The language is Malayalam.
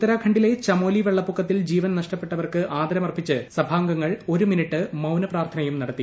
ഉത്തരാഖണ്ഡിലെ ചമോലി വെള്ളപ്പൊക്കത്തിൽ ജീവൻ നഷ്ടപ്പെട്ടവർക്ക് ആദരമർപ്പിച്ച് സഭാംഗങ്ങൾ ഒരു മിനിറ്റ് മൌന പ്രാർത്ഥനയും നടത്തി